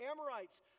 Amorites